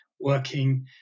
working